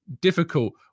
difficult